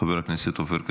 חבר הכנסת עופר כסיף.